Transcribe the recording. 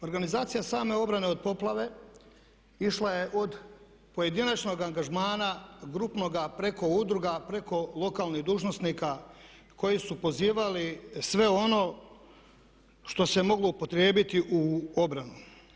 Organizacija same obrane od poplave išla je od pojedinačnog angažmana, grupnoga, preko udruga, preko lokalnih dužnosnika koji su pozivali sve ono što se je moglo upotrijebiti u obranu.